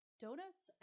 Donuts